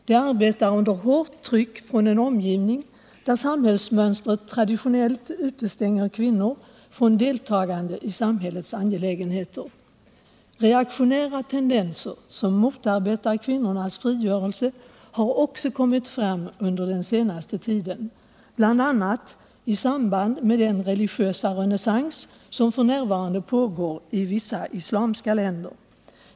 De arbetar under hårt tryck från en omgivning där samhällsmönstret traditionellt utestänger kvinnorna från deltagande i samhällets angelägenheter. Reaktionära tendenser som motarbetar kvinnornas frigörelse har också kommit fram under den senaste tiden, bl.a. i samband med den religiösa renässans som f. n. pågår i vissa islamiska länder.